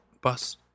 Bus